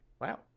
wow